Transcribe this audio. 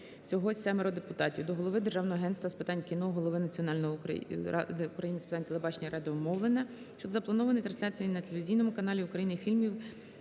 всього 7 депутатів) до голови Державного агентства України з питань кіно, голови Національної ради України з питань телебачення і радіомовлення щодо запланованої трансляції на телевізійному каналі "Україна" фільмів,